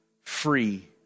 free